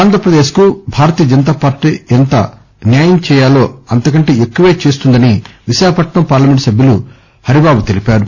ఆంధ్రప్రదేశ్ కు భారతీయ జనతా పార్టీ ఎంత న్యాయం చేయాలో అంతకంటే ఎక్కువే చేస్తుందని విశాఖపట్పం పార్లమెంటు సభ్యుడు హరిబాబు తెలిపారు